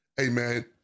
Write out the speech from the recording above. Amen